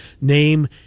name